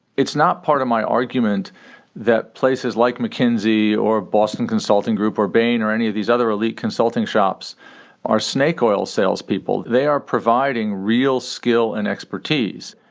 it's not part of my argument that places like mckinsey or boston consulting group or bain or any of these other elite consulting shops are snake oil salespeople. they are providing real skill and expertise.